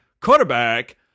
quarterback